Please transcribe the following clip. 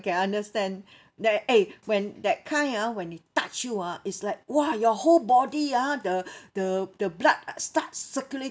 can understand that eh when that kind ah when it touch you ah is like !wah! your whole body ah the the the blood starts circulating